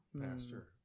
Pastor